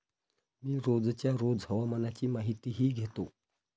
मी रोजच्या रोज हवामानाची माहितीही घेतो